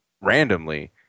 randomly